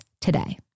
today